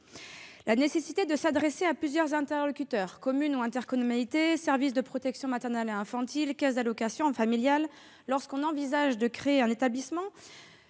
La nécessité de s'adresser à plusieurs interlocuteurs- communes ou intercommunalités, services de protection maternelle et infantile, caisse d'allocations familiales -lorsqu'on envisage de créer un établissement